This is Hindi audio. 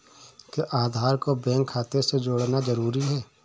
क्या आधार को बैंक खाते से जोड़ना जरूरी है?